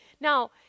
Now